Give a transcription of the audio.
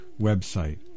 website